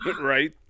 Right